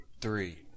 three